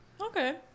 Okay